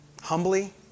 Humbly